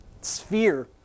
sphere